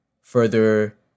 further